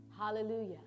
hallelujah